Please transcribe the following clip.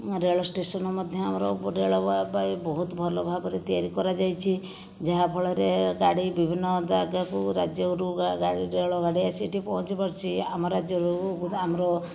ରେଳ ଷ୍ଟେସନ ମଧ୍ୟ ଆମର ରେଳ ବାଇ ବହୁତ ଭଲଭାବରେ ତିଆରି କରାଯାଇଛି ଯାହାଫଳରେ ଗାଡ଼ି ବିଭିନ୍ନ ଜାଗାକୁ ରାଜ୍ୟରୁ ରେଳଗାଡ଼ି ଆସି ଏଠି ପହଞ୍ଚିପାରୁଛି ଆମ ରାଜ୍ୟରୁ ଆମର